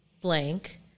blank